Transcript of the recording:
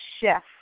chef